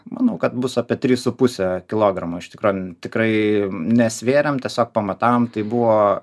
manau kad bus apie tris su puse kilogramo iš tikro tikrai nesvėrėm tiesiog pamatavom tai buvo